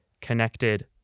connected